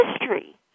history